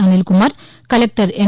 Anil Kumar collector ఎం